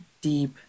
deep